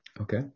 Okay